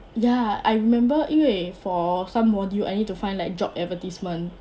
ya I remember 因为 for some module I need to find like job advertisement